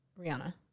rihanna